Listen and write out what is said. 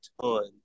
ton